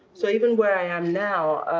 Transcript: so even where i am now,